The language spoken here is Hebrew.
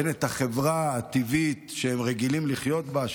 אין את החברה הטבעית שהם רגילים לחיות בה,